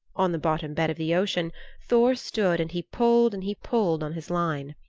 on the bottom bed of the ocean thor stood and he pulled and he pulled on his line.